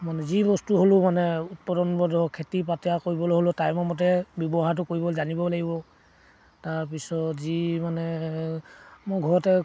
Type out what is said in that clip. মানে যি বস্তু হ'লেও মানে উৎপাদন বধ খেতি বাতি কৰিবলৈ হ'লেও টাইমৰ মতে ব্যৱহাৰটো কৰিবলৈ জানিব লাগিব তাৰপিছত যি মানে মোৰ ঘৰতে